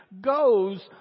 goes